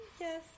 Yes